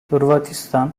hırvatistan